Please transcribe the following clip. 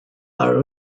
are